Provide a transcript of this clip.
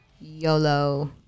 YOLO